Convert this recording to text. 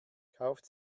kauft